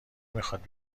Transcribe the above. میخواد